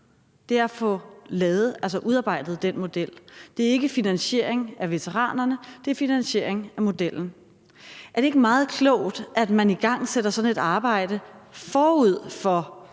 nu, er at få udarbejdet den model. Det er ikke finansiering af veteranerne; det er finansiering af modellen. Er det ikke meget klogt, at man igangsætter sådan et arbejde forud for